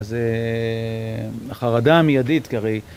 זו חרדה מיידית כי הרי